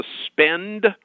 suspend